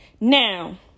Now